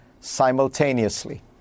simultaneously